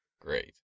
Great